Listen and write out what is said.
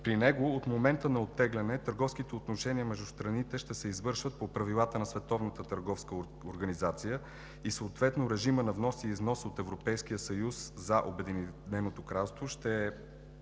При него от момента на оттегляне търговските отношения между страните ще се извършват по правилата на Световната търговска организация и съответно режимът на внос и износ от Европейския съюз за Обединеното кралство ще е